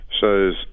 shows